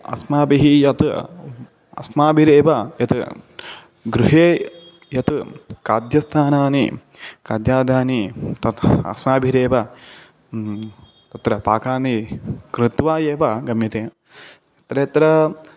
अस्माभिः यत् अस्माभिरेव यत् गृहे यत् खाद्यस्थानानि खाद्यानि तथा अस्माभिरेव तत्र पाकानि कृत्वा एव गम्यते तत्र यत्र